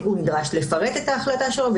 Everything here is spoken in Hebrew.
הוא נדרש לפרט את ההחלטה שלו.